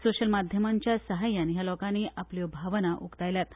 सोशल माध्यमाच्या सहाय्यान ह्या लोकांनी आपल्यो भावना उक्तायल्यात